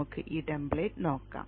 നമുക്ക് ഈ ടെംപ്ലേറ്റ് നോക്കാം